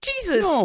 jesus